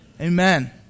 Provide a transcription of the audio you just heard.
Amen